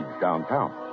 downtown